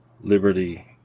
Liberty